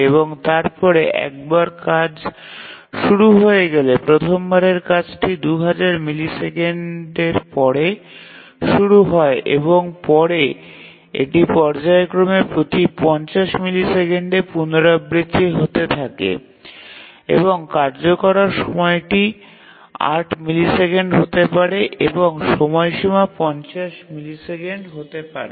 এবং তারপরে একবার কাজ শুরু হয়ে গেলে প্রথম বারের কাজটি ২০০০ মিলিসেকেন্ডের পরে শুরু হয় এবং পরে এটি পর্যায়ক্রমে প্রতি ৫০ মিলিসেকেন্ডে পুনরাবৃত্তি হতে থাকে এবং কার্যকর করার সময়টি ৮ মিলিসেকেন্ড হতে পারে এবং সময়সীমা ৫০ মিলিসেকেন্ড হতে পারে